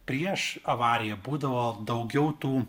prieš avariją būdavo daugiau tų